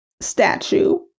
statue